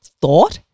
thought